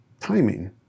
timing